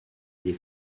des